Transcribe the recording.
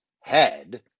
head